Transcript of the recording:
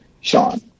Sean